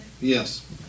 Yes